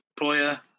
employer